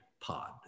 pod